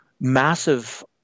massive